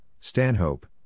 Stanhope